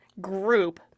group